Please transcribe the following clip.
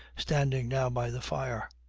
standing now by the fire.